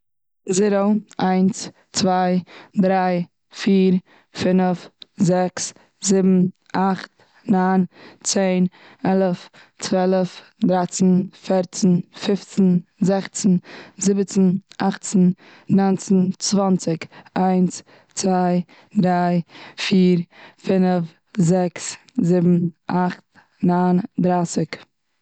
זירא, איינץ, צוויי, דריי, פיר, פינעף, זעקס, זיבן, אכט, ניין, צען, עלעף, צוועלעף, דרייצן, פערצן, פיפצן, זעכצן, זיבצן, אכצן, ניינצן, צוואנציג, איינץ, צוויי, דריי, פיר, פינעף, זעקס, זיבן, אכט, ניין, דרייסיג.